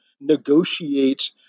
negotiate